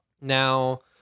Now